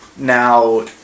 now